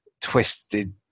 twisted